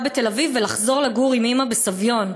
בתל-אביב ולחזור לגור עם אימא בסביון.